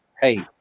Hey